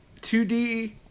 2D